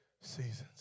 seasons